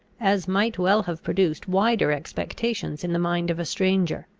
as might well have produced wider expectations in the mind of a stranger.